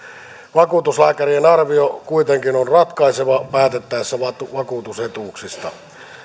vakuutuslääkärien arvio kuitenkin on ratkaiseva päätettäessä vakuutusetuuksista